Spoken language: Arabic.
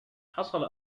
حصل